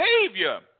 behavior